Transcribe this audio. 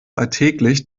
alltäglich